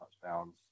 touchdowns